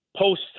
post-